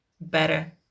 better